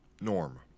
norm